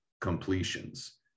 completions